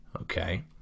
Okay